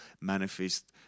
manifest